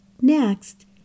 Next